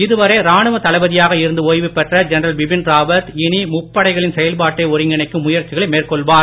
இதுவரை ராணுவ தளபதியாக இருந்து ஓய்வு பெற்ற ஜென்ரல் பிபின் ராவத் இனி முப்படைகளின் ஒருங்கிணைக்கும் செயல்பாட்டை முயற்சிகளை மேற்கொள்வார்